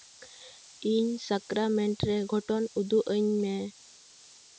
ᱤᱧ ᱥᱟᱠᱨᱟᱢᱮᱱᱴ ᱨᱮ ᱜᱷᱚᱴᱚᱱ ᱩᱫᱩᱜ ᱟᱹᱧ ᱢᱮ